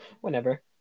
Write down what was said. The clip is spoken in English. Whenever